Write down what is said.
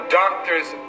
doctor's